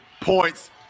points